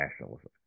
nationalism